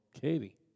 Katie